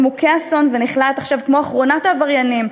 מוכי אסון ונכלאת עכשיו כמו אחרון העבריינים,